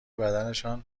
بدنشان